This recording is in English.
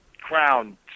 crown